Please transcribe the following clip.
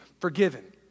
forgiven